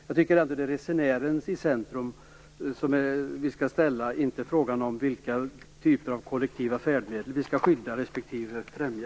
Jag tycker ändå att det är resenären som vi skall ställa i centrum - inte frågan om vilka typer av kollektiva färdmedel vi skall skydda respektive främja.